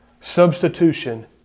Substitution